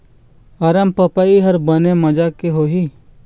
अरमपपई हर बने माजा के होही?